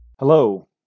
Hello